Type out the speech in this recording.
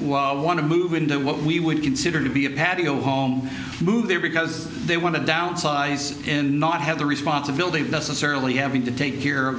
want to move into what we would consider to be a patio home move there because they want to downsize and not have the responsibility doesn't certainly having to take here